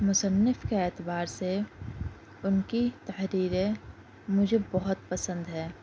مُصنِّف کے اعتبار سے اُن کی تحریریں مجھے بہت پسند ہے